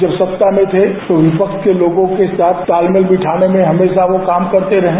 जब सत्ता में थे तो विपक्ष के लोगों के साथ तालमेल बैठाने में हमेशा वो काम करते रहें